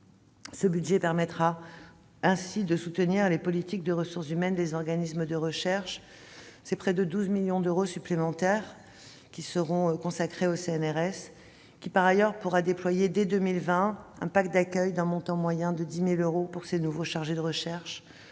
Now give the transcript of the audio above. Ce budget permettra ainsi de soutenir la politique de ressources humaines des organismes de recherche. Près de 12 millions d'euros supplémentaires seront en outre consacrés au CNRS, qui, par ailleurs, déploiera dès 2020 un pack d'accueil d'un montant moyen de 10 000 euros pour ses nouveaux chargés de recherche